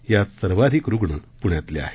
यात सर्वाधिक रुग्ण पुण्यातले आहेत